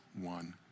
one